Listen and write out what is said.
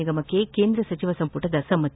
ನಿಗಮಕ್ಕೆ ಕೇಂದ್ರ ಸಚಿವ ಸಂಪುಟ ಸಮ್ಮತಿ